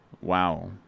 wow